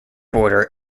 border